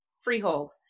Freehold